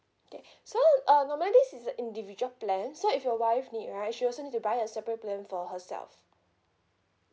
okay so uh normally this is a individual plan so if your wife need right she also need to buy a separate plan for herself